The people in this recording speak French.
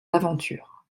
aventures